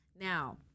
Now